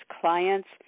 clients